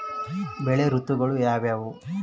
ಬೆಳೆ ಋತುಗಳು ಯಾವ್ಯಾವು?